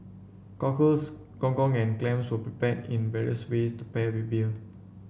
cockles gong gong and clams are prepared in various ways to pair with beer